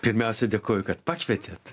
pirmiausia dėkoju kad pakvietėt